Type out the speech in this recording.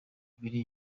biri